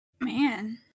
Man